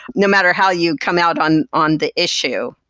no matter how you come out on on the issue.